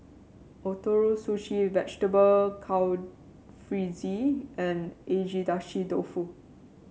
Ootoro Sushi Vegetable Jalfrezi and Agedashi Dofu